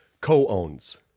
Co-owns